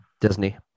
Disney